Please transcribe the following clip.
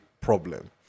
problem